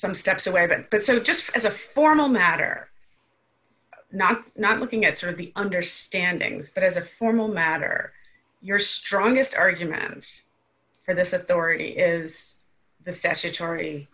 some steps away then but so just as a formal matter not not looking at sort of the understandings but as a formal matter your strongest argument for this authority is the statutory